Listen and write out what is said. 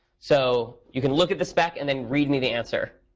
so you can look at the spec and then read me the answer.